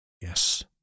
Yes